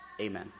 Amen